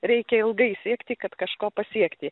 reikia ilgai siekti kad kažko pasiekti